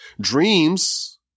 Dreams